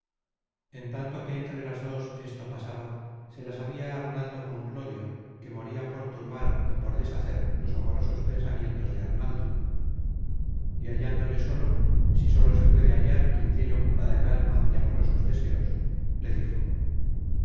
en tanto que entre las dos esto pasaba se las habia arnaldo con clodio que moria por turbar ó por deshacer los amorosos pensamientos de arnaldo y hallándole solo si solo se puede hallar quien tiene ocupada el alma de amorosos deseos le dijo